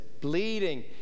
bleeding